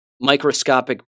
microscopic